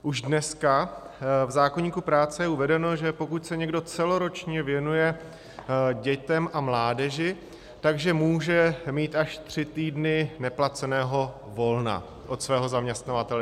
Už dneska v zákoníku práce je uvedeno, že pokud se někdo celoročně věnuje dětem a mládeži, tak může mít až tři týdny neplaceného volna od svého zaměstnavatele.